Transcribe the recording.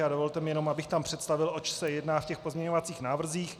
A dovolte mi jenom, abych tam představil, oč se jedná v těch pozměňovacích návrzích.